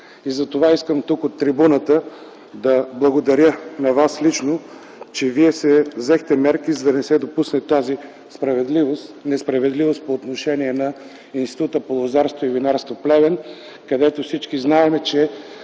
г. Затова искам тук от трибуната да благодаря на Вас лично, че Вие взехте мерки, за да не се допусне тази несправедливост по отношение на Института по лозарство и винарство – Плевен, където всички знаем, че